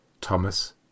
Thomas